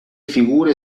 figure